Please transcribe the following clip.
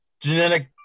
Genetic